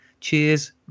Cheers